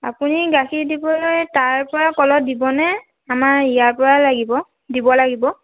আপুনি গাখীৰ দিবলৈ তাৰপৰা দিবনে আমাৰ ইয়াৰ পৰা লাগিব দিব লাগিব